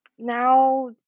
Now